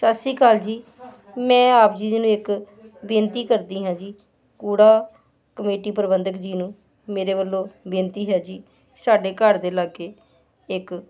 ਸਤਿ ਸ਼੍ਰੀ ਅਕਾਲ ਜੀ ਮੈਂ ਆਪ ਜੀ ਨੂੰ ਇੱਕ ਬੇਨਤੀ ਕਰਦੀ ਹਾਂ ਜੀ ਕੂੜਾ ਕਮੇਟੀ ਪ੍ਰਬੰਧਕ ਜੀ ਨੂੰ ਮੇਰੇ ਵੱਲੋਂ ਬੇਨਤੀ ਹੈ ਜੀ ਸਾਡੇ ਘਰ ਦੇ ਲਾਗੇ ਇੱਕ